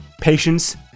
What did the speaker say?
patience